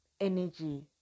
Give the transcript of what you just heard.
energy